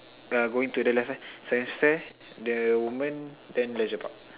uh going to the left ah science fair the woman then Leisure Park